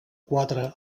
quatre